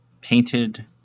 painted